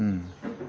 हं